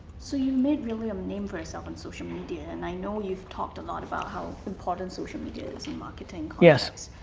so you made really a name for yourself on social media, and i know you talked a lot about how important social media is in marketing yes.